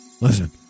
Listen